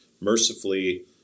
mercifully